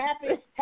Happy